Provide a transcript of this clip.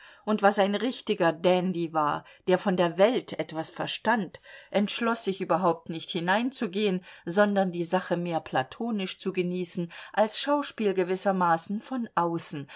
und was ein richtiger dandy war der von der welt etwas verstand entschloß sich überhaupt nicht hineinzugehen sondern die sache mehr platonisch zu genießen als schauspiel gewissermaßen von außen